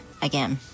again